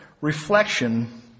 reflection